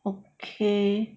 okay